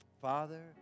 Father